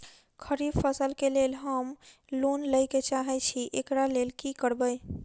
खरीफ फसल केँ लेल हम लोन लैके चाहै छी एकरा लेल की करबै?